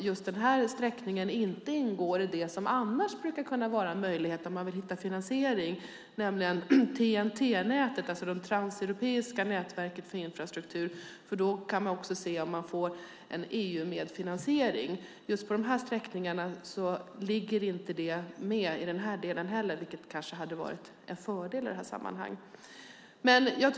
Just den här sträckningen ingår tyvärr inte i det som annars kan vara en möjlighet när man vill hitta finansiering, nämligen TNT-nätet, det transeuropeiska nätverket för infrastruktur. Där kan man få en EU-medfinansiering. Just de här sträckorna ligger inte med där, vilket kanske hade varit en fördel.